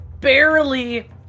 barely